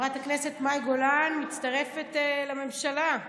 חברת הכנסת מאי גולן מצטרפת לממשלה.